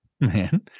Man